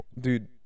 Dude